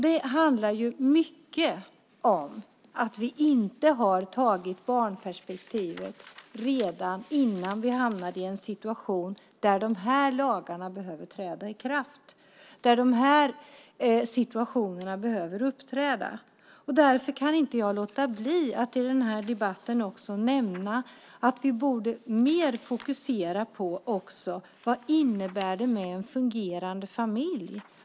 Det handlar mycket om att vi inte har haft barnperspektivet redan innan de här lagarna behöver träda i kraft och de här situationerna uppträder. Därför kan jag inte låta bli att i den här debatten nämna att vi mer borde fokusera på vad en fungerande familj innebär.